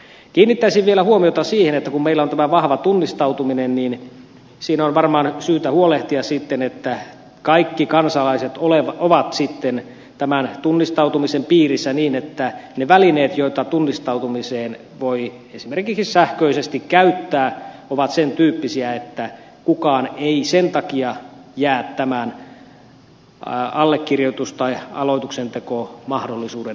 kiinnittäisin vielä huomiota siihen että kun meillä on tämä vahva tunnistautuminen siinä on varmaan syytä huolehtia sitten että kaikki kansalaiset ovat sitten tämän tunnistautumisen piirissä niin että ne välineet joita tunnistautumiseen voi esimerkiksi sähköisesti käyttää ovat sentyyppisiä että kukaan ei sen takia jää tämän allekirjoitus tai aloitteentekomahdollisuuden ulkopuolelle